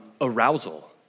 arousal